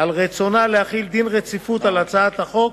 על רצונה להחיל דין רציפות על הצעת החוק,